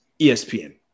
espn